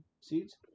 seeds